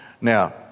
Now